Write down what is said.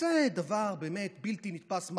שזה דבר באמת בלתי נתפס.